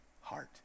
heart